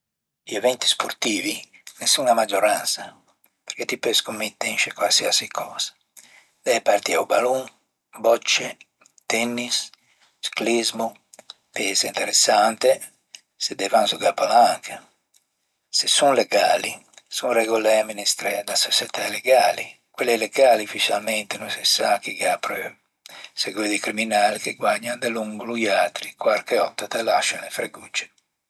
I eventi sportivi son a maggioransa e ti peu scommette in sce quarsiasi cösa: e partie a-o ballon, bocce, tennis, çiclismo, peu ëse interessante se devan zeugâ palanche. Se son legali, son regolæ e amministræ da soçietæ legali. Quelle illegali no se sa offiçialmente chi ghe segge apreuo. Seguo di criminali che guägnan delongo loiatri e quarche òtta te lascian e fregogge.